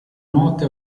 notte